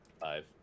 Five